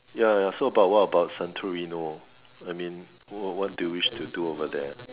ya ya so about what about Santarino I mean what do you wish to do over there